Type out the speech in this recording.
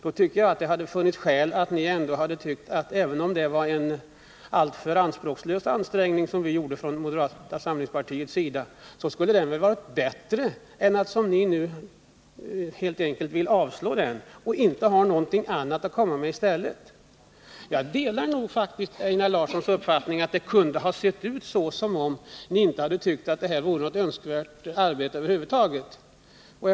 Det hade, enligt min mening, funnits skäl att konstatera, att även om moderata samlingspartiets motion är alltför anspråkslös, är den trots allt bättre än ingenting. Ni vill ju avslå den utan att ha någonting annat att komma med. Jag delar faktiskt Einar Larssons uppfattning att det kunde ha sett ut som om ni inte tycker att det här arbetet över huvud waget är önskvärt.